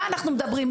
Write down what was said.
מה אנחנו מדברים?